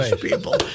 people